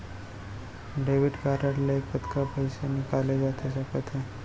Debit card ले कतका पइसा निकाले जाथे सकत हे?